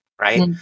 right